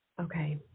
Okay